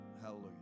hallelujah